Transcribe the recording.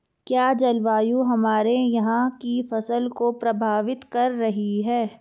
क्या जलवायु हमारे यहाँ की फसल को प्रभावित कर रही है?